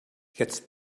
jetzt